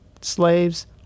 slaves